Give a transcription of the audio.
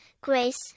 grace